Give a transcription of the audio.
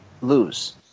lose